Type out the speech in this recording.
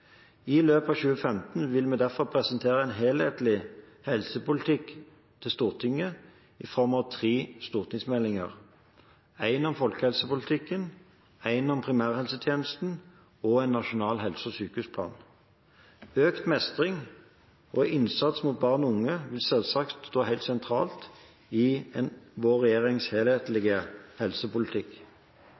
i sammenheng. I løpet av 2015 vil vi derfor presentere en helhetlig helsepolitikk for Stortinget i form av tre stortingsmeldinger: en om folkehelsepolitikken, en om primærhelsetjenesten og en nasjonal helse- og sykehusplan. Økt mestring og innsats rettet mot barn og unge vil selvsagt stå sentralt i regjeringens helhetlige helsepolitikk.